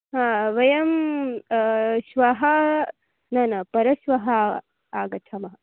हा वयं श्वः न न परश्वः आगच्छामः